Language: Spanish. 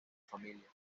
familia